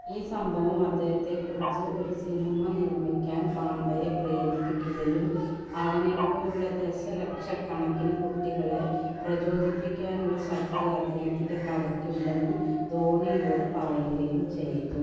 ഈ സംഭവം അദ്ദേഹത്തെക്കുറിച്ച് ഒരു സിനിമ നിർമ്മിക്കാൻ പാണ്ഡെയെ പ്രേരിപ്പിക്കുകയും അവനെപ്പോലുള്ള ദശലക്ഷക്കണക്കിന് കുട്ടികളെ പ്രചോദിപ്പിക്കാനുള്ള ശക്തി അദ്ദേഹത്തിൻ്റെ കഥയ്ക്കുണ്ടെന്ന് ധോണിയോട് പറയുകയും ചെയ്തു